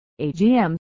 AGM